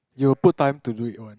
you'll put time to do it one